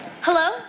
Hello